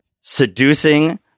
seducing